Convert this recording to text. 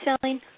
selling